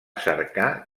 cercar